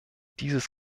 dieses